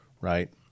right